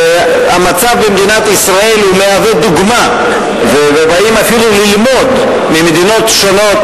שהמצב במדינת ישראל מהווה דוגמה ובאים אפילו ממדינות שונות